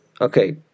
okay